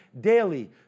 daily